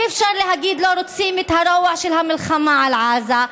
אי-אפשר להגיד: לא רוצים את הרוע של המלחמה על עזה,